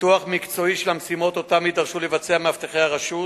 ניתוח מקצועי של המשימות שאותן יידרשו לבצע מאבטחי הרשות